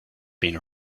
been